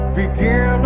begin